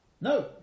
No